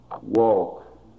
walk